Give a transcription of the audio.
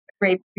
great